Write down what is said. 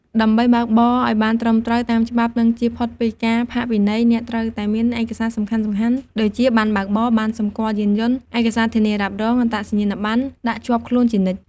ដើម្បីបើកបរអោយបានត្រឹមត្រូវតាមច្បាប់ និងជៀសផុតពីការផាកពិន័យ អ្នកត្រូវតែមានឯកសារសំខាន់ៗដូចជា ប័ណ្ណបើកបរ ប័ណ្ណសម្គាល់យានយន្ត ឯកសារធានារ៉ាប់រង អត្តសញ្ញាណប័ណ្ណ ដាក់ជាប់ខ្លួនជានិច្ច។